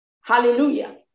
Hallelujah